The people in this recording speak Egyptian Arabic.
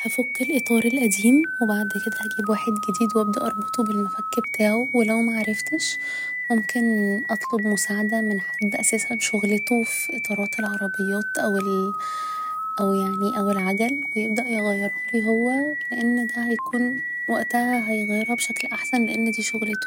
هفك الإطار القديم و بعد كده هجيب واحد جديد و ابدأ اربطه بالمفك بتاعه و لو معرفتش ممكن اطلب مساعدة من حد اساسا شغلته في اطارات العربيات او ال او يعني او العجل و يبدأ يغيرهولي هو لان ده هيكون وقتها هيغيرها بشكل احسن لان دي شغلته